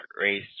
race